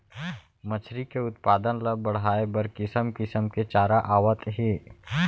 मछरी के उत्पादन ल बड़हाए बर किसम किसम के चारा आवत हे